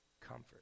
comfort